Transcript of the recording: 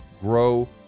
grow